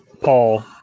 Paul